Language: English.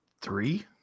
Three